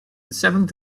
seventh